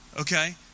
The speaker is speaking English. Okay